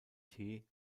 tee